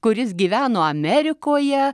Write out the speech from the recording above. kuris gyveno amerikoje